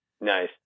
Nice